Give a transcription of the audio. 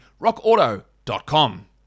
rockauto.com